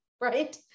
right